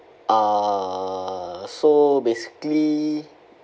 uh so basically